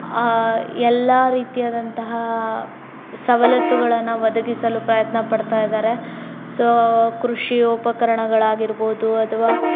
ಎಲ್ಲ ರೀತಿಯಾದಂತಹ ಸವಲತ್ತುಗಳನ್ನು ಒದಗಿಸಲು ಪ್ರಯತ್ನಪಡ್ತಾ ಇದ್ದಾರೆ ಸೋ ಕೃಷಿ ಉಪಕರಣಗಳಾಗಿರ್ಬೋದು ಅಥವಾ